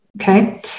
okay